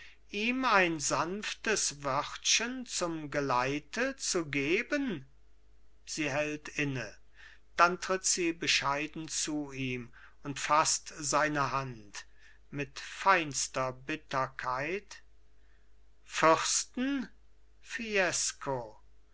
ihm ein sanftes wörtchen zum geleite zu geben sie hält inne dann tritt sie bescheiden zu ihm und faßt seine hand mit feinster bitterkeit fürsten fiesco